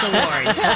Awards